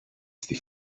στη